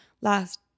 last